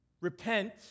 Repent